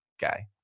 guy